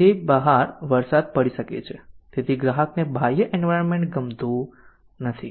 તે બહાર વરસાદ પડી શકે છે તેથી ગ્રાહકને બાહ્ય એન્વાયરમેન્ટ ગમતું નથી